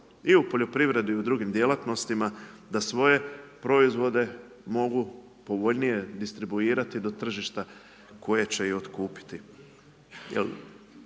i u poljoprivredi i drugim djelatnostima da svoje proizvode mogu povoljnije distribuirati do tržišta koje će i otkupiti.